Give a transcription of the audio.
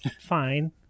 fine